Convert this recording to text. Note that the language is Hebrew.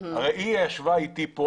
הרי היא ישבה אתי כאן.